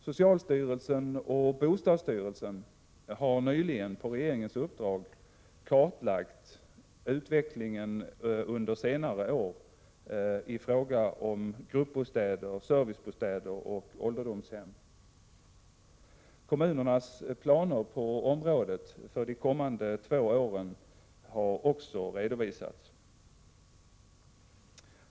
Socialstyrelsen och bostadsstyrelsen har nyligen, på regeringens uppdrag, kartlagt utvecklingen under senare år i fråga om gruppbostäder, servicebostäder och ålderdomshem. Kommunernas planer på området för de kommande två åren har också redovisats.